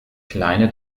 kleine